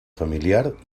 familiar